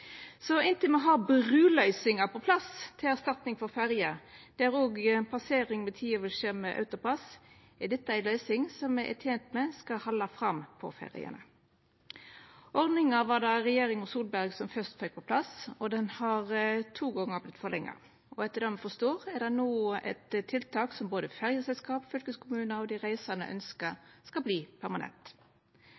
me har bruløysingar på plass til erstatning for ferjer, der òg passering med tida vil skje med AutoPASS, er dette ei løysing me er tente med skal halda fram på ferjene. Ordninga var det regjeringa Solberg som fyrst fekk på plass, og ho har to gonger vorte forlenga. Etter det me forstår, er det no eit tiltak som både ferjeselskap, fylkeskommunar og dei reisande